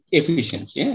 efficiency